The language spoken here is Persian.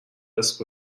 ارث